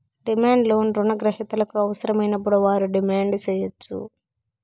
demand loan రుణ గ్రహీతలకు అవసరమైనప్పుడు వారు డిమాండ్ సేయచ్చు